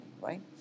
right